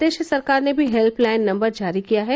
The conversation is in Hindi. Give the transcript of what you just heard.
प्रदेश सरकार ने भी हेल्पलाइन नम्बर जारी किया है